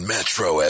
Metro